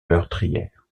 meurtrières